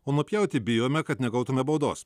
o nupjauti bijome kad negautume baudos